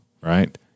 right